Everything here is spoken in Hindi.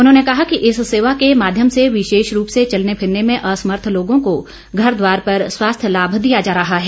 उन्होंने कहा कि इस सेवा के माध्यम से विशेष रूप से चलने फिरने में असमर्थ लोगों को घर द्वार पर स्वास्थ्य लाभ दिया जा रहा है